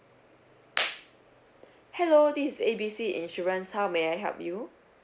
hello this A B C insurance how may I help you